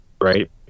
right